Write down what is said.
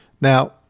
Now